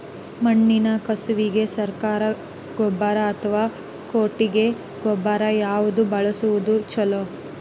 ಮಣ್ಣಿನ ಕಸುವಿಗೆ ಸರಕಾರಿ ಗೊಬ್ಬರ ಅಥವಾ ಕೊಟ್ಟಿಗೆ ಗೊಬ್ಬರ ಯಾವ್ದು ಬಳಸುವುದು ಛಲೋ?